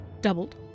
Doubled